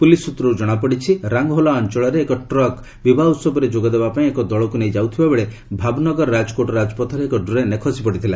police ସୂତ୍ରରୁ ପ୍ରକାଶ ରାଙ୍ଗହୋଲା ଅଞ୍ଚଳରେ ଏକ ଟ୍ରକ୍ ବିବାହ ଉତ୍ସବରେ ଯୋଗଦେବା ପାଇଁ ଏକ ଦଳକ୍ ନେଇ ଯାଉଥିବାବେଳେ ଭାବନଗର ରାଜକୋଟ ରାଜପଥରେ ଏକ ଡ୍ରେନ୍ରେ ଖସିପଡ଼ିଥିଲା